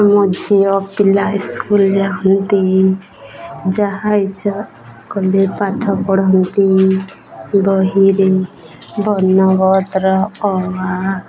ଆମ ଝିଅ ପିଲା ସ୍କୁଲ ଯାଆନ୍ତି ଯାହା ଇଚ୍ଛା କଲେ ପାଠ ପଢ଼ନ୍ତି ବହିରେ ବର୍ଣ୍ଣବୋଧର ଅ ଆ